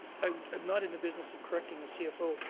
i'm not in the business of correcting the cfo.